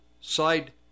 side